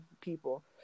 people